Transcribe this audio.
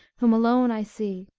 whom alone i see,